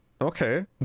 okay